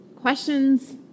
questions